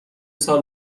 سال